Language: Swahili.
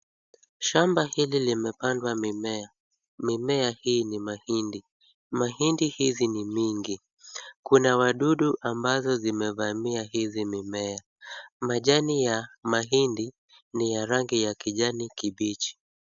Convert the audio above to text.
Shamba hili limepandwa mimea. Mimea hii ni mahindi, mahindi hizi ni mingi. Kuna wadudu ambazo zimevamia hizi mimea. Majani ya mahindi ni ya rangi ya kijani kibichi.